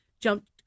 jumped